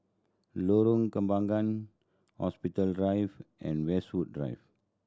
Lorong Kembangan Hospital Drive and Westwood Drive